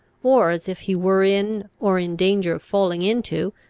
or as if he were in, or in danger of falling into,